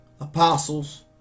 Apostles